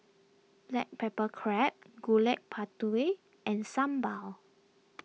Black Pepper Crab Gudeg Putih and Sambal